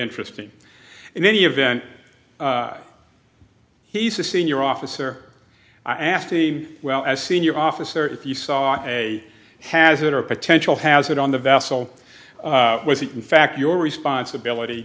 interesting and any event he's a senior officer i asked team well as senior officer if you saw a hazard or potential hazard on the vessel was it in fact your responsibility